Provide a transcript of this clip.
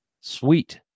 Sweet